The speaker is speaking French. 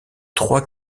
trois